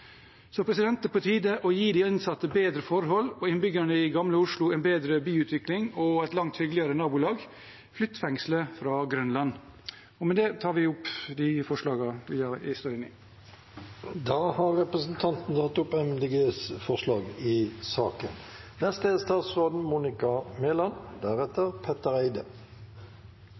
Det er på tide å gi de innsatte bedre forhold og innbyggerne i Gamle Oslo en bedre byutvikling og et langt hyggeligere nabolag. Flytt fengslet fra Grønland! Med det tar jeg opp MDGs forslag. Da har representanten Per Espen Stoknes tatt opp de forslagene han refererte til. Oslo fengsel er, som mange har